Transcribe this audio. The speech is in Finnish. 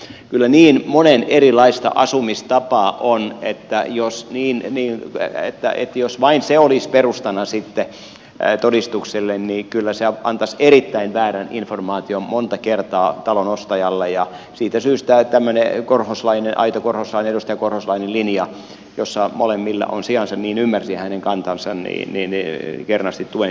kyllä niin monta erilaista asumistapaa on että jos viiniä niin hyvä että jos vain se olisi perustana todistukselle niin kyllä se antaisi monta kertaa erittäin väärän informaation talon ostajalle ja siitä syystä tämmöistä korhoslaista aitoa korhoslaista edustaja korhosen linjaa jossa molemmilla on sijansa niin ymmärsin hänen kantansa kernaasti tuen